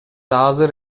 азыр